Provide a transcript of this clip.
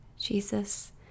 Jesus